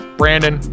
brandon